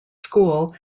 school